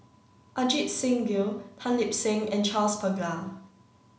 Ajit Singh Gill Tan Lip Seng and Charles Paglar